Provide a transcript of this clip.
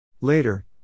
Later